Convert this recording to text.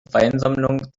weinsammlung